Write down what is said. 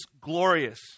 glorious